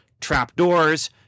trapdoors